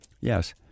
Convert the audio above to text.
Yes